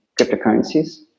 cryptocurrencies